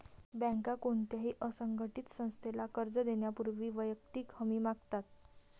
बँका कोणत्याही असंघटित संस्थेला कर्ज देण्यापूर्वी वैयक्तिक हमी मागतात